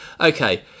okay